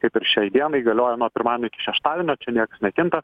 kaip ir šiai dienai galioja nuo pirmadienio iki šeštadienio čia nieks nekinta